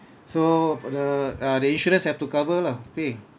so the uh the insurance have to cover lah pay